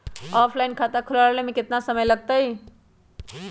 Offline खाता खुलबाबे में केतना समय लगतई?